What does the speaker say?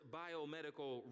biomedical